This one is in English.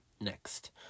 Next